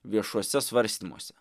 viešuose svarstymuose